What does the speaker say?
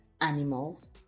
animals